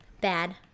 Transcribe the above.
bad